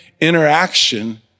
interaction